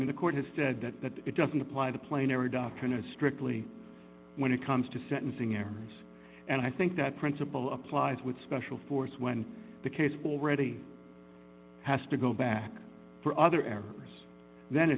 i mean the court has said that it doesn't apply the plane every doctrine is strictly when it comes to sentencing errors and i think that principle applies with special force when the case already has to go back for other errors then